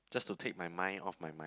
just to take my mind off my mind